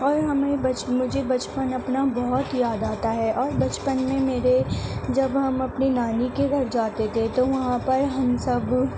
اور ہمیں بچ مجھے بچپن اپنا بہت یاد آتا ہے اور بچپن میں میرے جب ہم اپنی نانی کے گھر جاتے تھے تو وہاں پر ہم سب